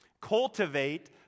Cultivate